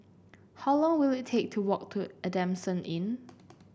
how long will it take to walk to Adamson Inn